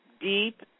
deep